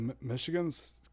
Michigan's